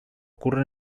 ocurre